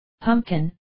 Pumpkin